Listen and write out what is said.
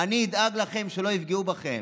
אני אדאג לכם שלא יפגעו בכם,